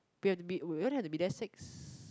we have to be we only have to be there six